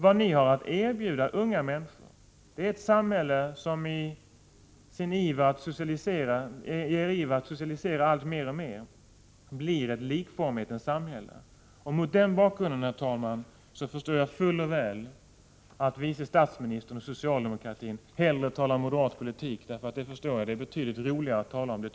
Vad ni har att erbjuda unga människor är ett samhälle, som i er iver att socialisera alltmer blir ett likformighetens samhälle. Mot den bakgrunden, herr talman, förstår jag fuller väl att vice statsministern och övriga socialdemokrater hellre talar om moderat politik. Jag förstår att det är betydligt roligare att tala om den.